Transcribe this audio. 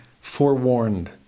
forewarned